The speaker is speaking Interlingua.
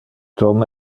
tom